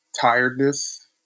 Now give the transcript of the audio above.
tiredness